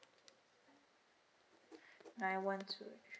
nine one two three